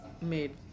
made